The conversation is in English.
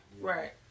right